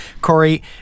Corey